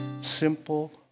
simple